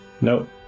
Nope